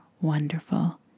wonderful